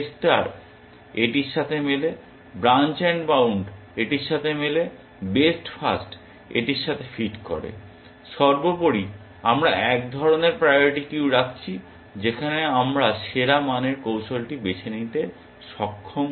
A star এটির সাথে মেলে ব্রাঞ্চ এন্ড বাউন্ড এটির সাথে মেলে বেস্ট ফার্স্ট এটির সাথে ফিট করে। সর্বোপরি আমরা এক ধরণের প্রায়োরিটি কিউ রাখছি যেখানে আমরা সেরা মানের কৌশলটি বেছে নিতে সক্ষম হই